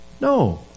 No